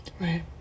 Right